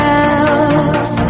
else